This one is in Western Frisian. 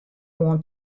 oan